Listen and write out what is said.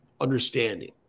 understanding